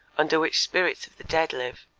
under which spirits of the dead live,